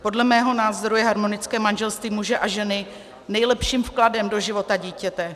Podle mého názoru je harmonické manželství muže a ženy nejlepším vkladem do života dítěte.